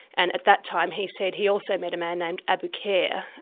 and at that time he said he also met a man named abu care,